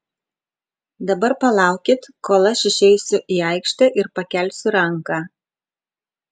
dabar palaukit kol aš išeisiu į aikštę ir pakelsiu ranką